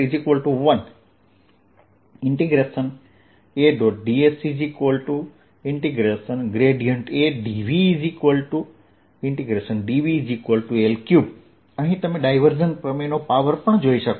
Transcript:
AdVdVL3 અહીં તમે divergence પ્રમેયનો પાવર પણ જોઈ શકો છો